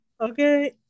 okay